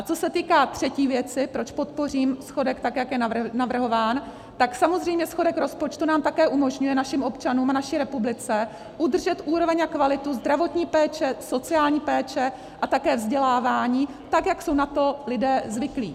Co se týká třetí věci, proč podpořím schodek, tak jak je navrhován, tak samozřejmě schodek rozpočtu také umožňuje našim občanům a naší republice udržet úroveň a kvalitu zdravotní péče, sociální péče a také vzdělávání, jak jsou na to lidé zvyklí.